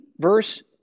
verse